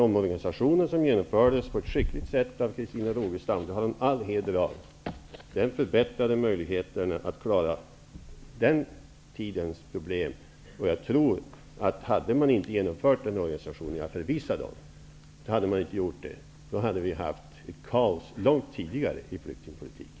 Omorganisationen genomfördes på ett skickligt sätt av Christina Rogestam, och det skall hon ha all heder av. Därigenom förbättrades möjligheterna att klara problemen då. Jag är förvissad om att vi, om omorganisationen inte hade genomförts, långt tidigare skulle ha haft kaos i flyktingpolitiken.